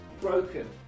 Broken